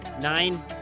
Nine